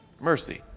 mercy